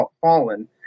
fallen